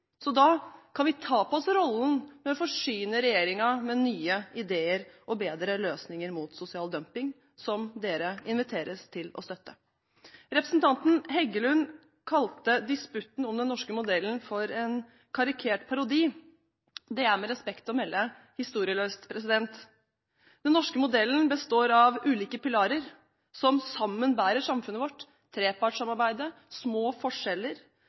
Så da kan vi ta på oss rollen med å forsyne regjeringen med nye ideer og bedre løsninger mot sosial dumping, som de inviteres til å støtte. Representanten Heggelund kalte disputten om den norske modellen for en karikert parodi. Det er, med respekt å melde, historieløst. Den norske modellen består av ulike pilarer som sammen bærer samfunnet vårt: trepartssamarbeidet, små forskjeller,